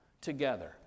together